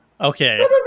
Okay